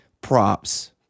props